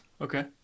Okay